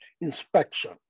inspection